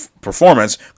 performance